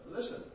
listen